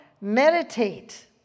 Meditate